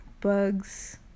bugs